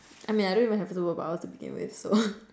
I mean I don't even have superpowers to begin with so